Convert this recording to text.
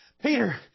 Peter